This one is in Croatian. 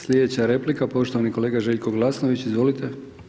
Slijedeća replika poštovani kolega Željko Glasnović, izvolite.